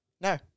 No